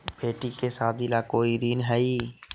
बेटी के सादी ला कोई ऋण हई?